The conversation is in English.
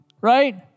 right